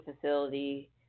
facility